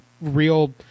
real